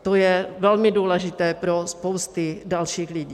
To je velmi důležité pro spousty dalších lidí.